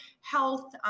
health